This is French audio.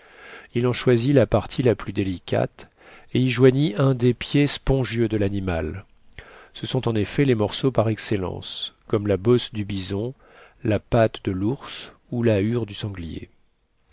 il en choisit la partie la plus délicate et y joignit un des pieds spongieux de l'animal ce sont en effet les morceaux par excellence comme la bosse du bison la patte de l'ours ou la hure du sanglier